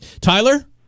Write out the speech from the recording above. Tyler